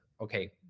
okay